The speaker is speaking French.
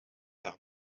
par